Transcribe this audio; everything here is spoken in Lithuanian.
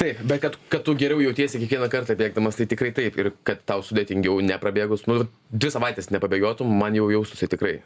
taip bet kad kad tu geriau jautiesi kiekvieną kartą bėgdamas tai tikrai taip ir kad tau sudėtingiau neprabėgus nu dvi savaites nepabėgiotum man jau jaustųsi tikrai